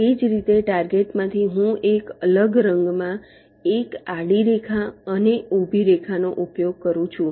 એ જ રીતે ટાર્ગેટ માંથી હું એક અલગ રંગમાં એક આડી રેખા અને ઊભી રેખાનો ઉપયોગ કરું છું